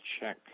check